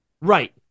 right